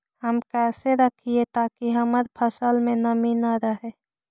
हम कैसे रखिये ताकी हमर फ़सल में नमी न रहै?